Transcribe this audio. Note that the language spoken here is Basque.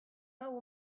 hau